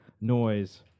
noise